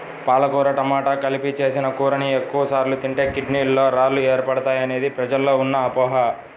పాలకూర టమాట కలిపి చేసిన కూరని ఎక్కువ సార్లు తింటే కిడ్నీలలో రాళ్లు ఏర్పడతాయనేది ప్రజల్లో ఉన్న అపోహ